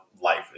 life